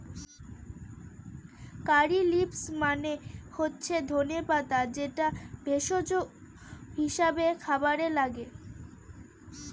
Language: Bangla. কারী লিভস মানে হচ্ছে ধনে পাতা যেটা ভেষজ হিসাবে খাবারে লাগে